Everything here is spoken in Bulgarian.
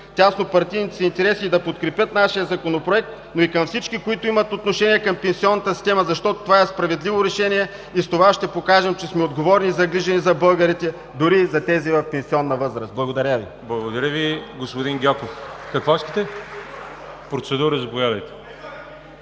тяснопартийните си интереси и да подкрепят нашия Законопроект, но и към всички, които имат отношение към пенсионната система, защото това е справедливо решение и с това ще покажем, че сме отговорни и загрижени за българите, дори и за тези в пенсионна възраст. Благодаря Ви. ПРЕДСЕДАТЕЛ ВАЛЕРИ ЖАБЛЯНОВ: Благодаря Ви,